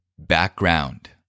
Background